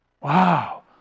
Wow